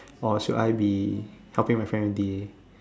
or should I be helping my friend D_A